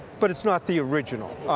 but it's not the original.